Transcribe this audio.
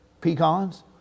Pecans